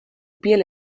piel